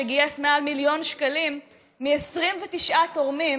שגייס מעל מיליון שקלים מ-29 תורמים,